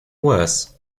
worse